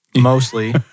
mostly